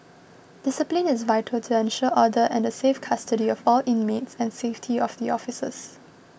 discipline is vital to ensure order and the safe custody of all inmates and safety of the officers